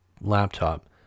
laptop